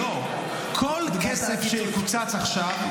כל כסף שיקוצץ עכשיו,